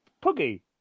Puggy